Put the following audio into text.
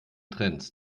trends